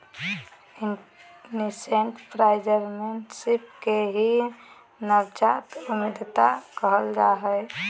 nascent entrepreneurship के ही नवजात उद्यमिता कहल जा हय